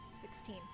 Sixteen